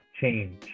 change